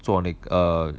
做那个 err